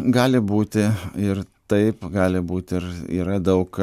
gali būti ir taip gali būti ir yra daug